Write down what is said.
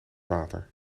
water